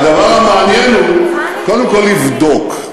אבל הדבר המעניין הוא, קודם כול, לבדוק.